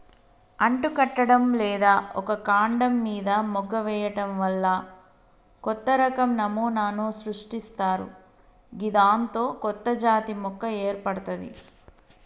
అంటుకట్టడం లేదా ఒక కాండం మీన మొగ్గ వేయడం వల్ల కొత్తరకం నమూనాను సృష్టిస్తరు గిదాంతో కొత్తజాతి మొక్క ఏర్పడ్తది